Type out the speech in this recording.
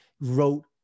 wrote